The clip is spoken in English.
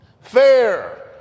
fair